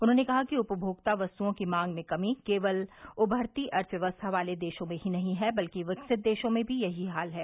उन्होंने कहा कि उपभोक्ता वस्तुओं की मांग में कमी केवल उमरती अर्थव्यवस्था वाले देशों में ही नहीं है बल्क विकसित देशों में भी यही हाल है